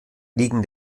liegen